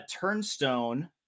Turnstone